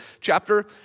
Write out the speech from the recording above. chapter